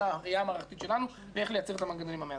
הראייה המערכתית שלנו ואיך לייצר את המנגנונים המאזנים,